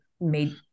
made